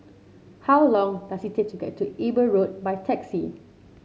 how long does it take to get to Eber Road by taxi